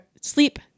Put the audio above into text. sleep